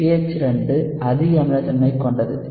pH 2 அதிக அமிலத்தன்மை கொண்டது